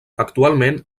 actualment